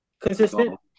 Consistent